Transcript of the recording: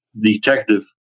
Detective